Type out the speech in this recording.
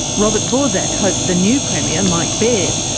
robert borsak hoped the new premier, mike baird,